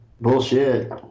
Bullshit